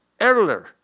earlier